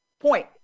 point